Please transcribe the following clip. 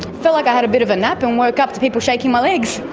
felt like i had a bit of a nap and woke up to people shaking my legs.